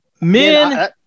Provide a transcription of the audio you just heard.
men